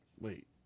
wait